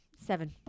Seven